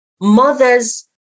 Mothers